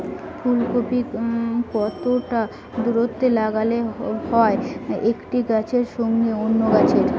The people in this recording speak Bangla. ফুলকপি কতটা দূরত্বে লাগাতে হয় একটি গাছের সঙ্গে অন্য গাছের?